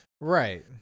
Right